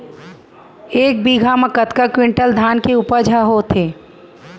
एक बीघा म कतका क्विंटल धान के उपज ह होथे?